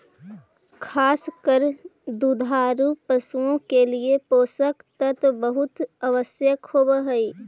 खास कर दुधारू पशुओं के लिए पोषक तत्व बहुत आवश्यक होवअ हई